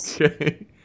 okay